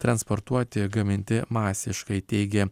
transportuoti gaminti masiškai teigė